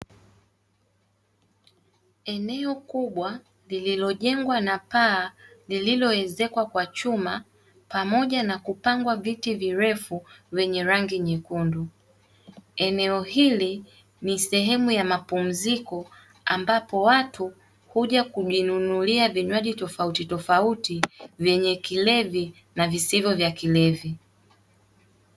Eneo kuubwa lililojengwa na paa lililoezekwa kwa chuma pamoja na kupangwa viti virefu vyenye rangi nyekundu eneo hili ni sehemu ya mapumziko ambapo watu huja kujinunulia vinywaji tofautitofauti vyenye kilevi na visivyo vya kilevi.